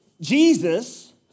Jesus